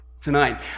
tonight